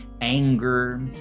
anger